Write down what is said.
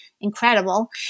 incredible